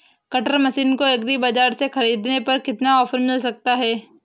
Cutter machine को agri बाजार से ख़रीदने पर कितना ऑफर मिल सकता है?